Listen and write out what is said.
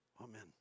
Amen